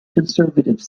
conservative